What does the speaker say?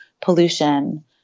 pollution